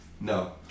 No